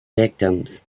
victims